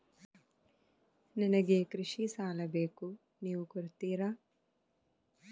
ನನಗೆ ಕೃಷಿ ಸಾಲ ಬೇಕು ನೀವು ಕೊಡ್ತೀರಾ?